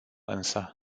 însă